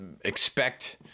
expect